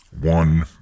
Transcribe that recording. one